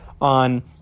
on